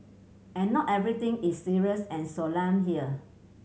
and not everything is serious and solemn here